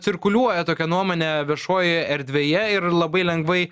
cirkuliuoja tokia nuomonė viešoje erdvėje ir labai lengvai